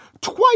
twice